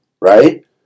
right